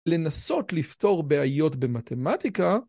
לנסות לפתור בעיות במתמטיקה.